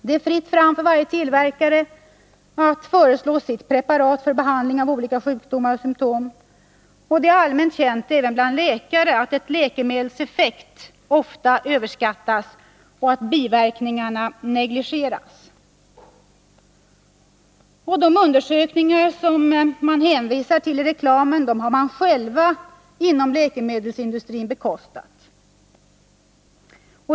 Det är fritt fram för varje tillverkare att föreslå sitt preparat för behandling av olika sjukdomar och symtom, och det är allmänt känt även bland läkare att ett läkemedels effekt ofta överskattas och att biverkningarna negligeras. De undersökningar som man hänvisar till i reklamen har man själv inom läkemedelsindustrin bekostat.